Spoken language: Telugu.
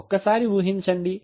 ఒక్కసారి ఊహించండి